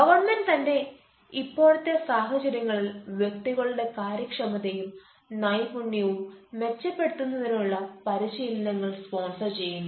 government തന്നെ ഇപ്പോഴത്തെ സാഹചര്യത്തിൽ വ്യക്തികളുടെ കാര്യക്ഷമതയും നൈപുണ്യവും മെച്ചപ്പെടുത്തുന്നതിനുള്ള പരിശീലനങ്ങൾ സ്പോൺസർ ചെയ്യുന്നു